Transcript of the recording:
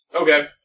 Okay